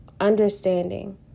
understanding